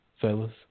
fellas